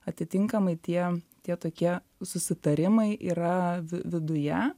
atitinkamai tie tie tokie susitarimai yra vi viduje